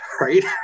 right